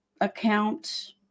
account